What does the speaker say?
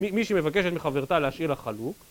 מי שמבקשת מחברתה להשאיל לה חלוק